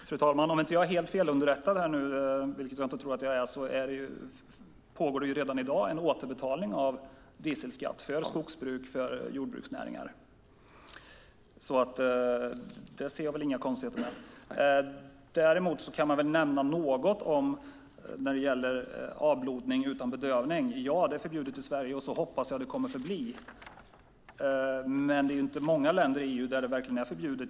Fru talman! Om jag inte är helt felunderrättad - vilket jag inte tror att jag är - pågår det redan i dag en återbetalning av dieselskatt för skogsbruks och jordbruksnäringar. Det ser jag inga konstigheter med. Däremot kan jag nämna något beträffande avblodning utan bedövning. Det stämmer att det är förbjudet i Sverige, och så hoppas jag att det kommer att förbli. Men det är inte många länder i EU där det verkligen är förbjudet.